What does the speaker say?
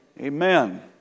Amen